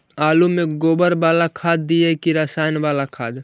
आलु में गोबर बाला खाद दियै कि रसायन बाला खाद?